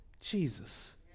Jesus